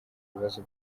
ibibazo